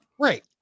Right